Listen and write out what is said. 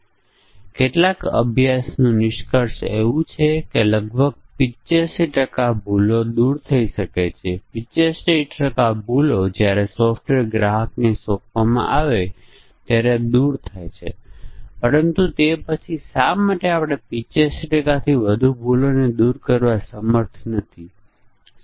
અને નિર્ણય કોષ્ટક બનાવતી વખતે આપણે સુનિશ્ચિત કરવું પડશે કે એક જ સંયોજન માટે બે ક્રિયાઓ છે તેથી તે એવું ન થઈ શકે કે તે જ સંયોજન બે અલગ અલગ પરીક્ષણ કેસોમાં પરિણમશે અને એવું હોય તો પછી આપણને નિર્ણય કોષ્ટક બનાવવામાં કંઈક ખોટું કર્યું છે